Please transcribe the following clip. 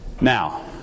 Now